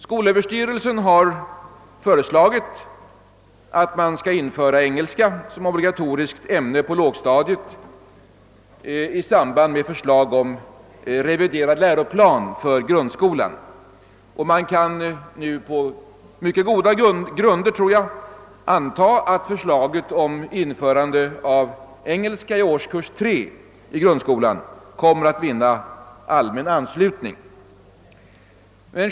Skolöverstyrelsen har föreslagit att engelska skall införas som obligatoriskt ämne på lågstadiet i samband med ett förslag om reviderad läroplan för grundskolan. Man kan nu på mycket goda grunder anta att förslaget om införande av engelska i årskurs 3 i grundskolan kommer att vinna allmän anslutning.